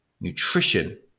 nutrition